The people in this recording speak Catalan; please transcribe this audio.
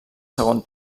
segon